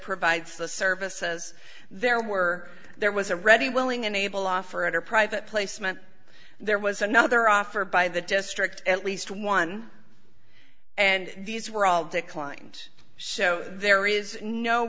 provides the service says there were there was a ready willing and able offer at a private placement there was another offer by the district at least one and these were all declined so there is no